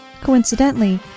coincidentally